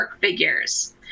figures